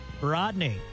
Rodney